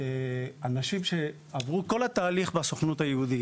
אנשים שעברו את כל התהליך בסוכנות היהודית